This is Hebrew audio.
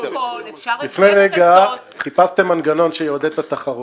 --- לפני רגע חיפשתם מנגנון שיעודד את התחרות,